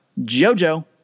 Jojo